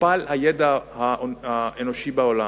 מוכפל הידע האנושי בעולם.